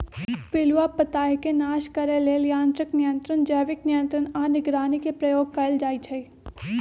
पिलुआ पताईके नाश करे लेल यांत्रिक नियंत्रण, जैविक नियंत्रण आऽ निगरानी के प्रयोग कएल जाइ छइ